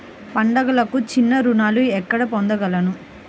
పండుగలకు చిన్న రుణాలు ఎక్కడ పొందగలను?